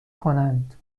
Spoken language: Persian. کنند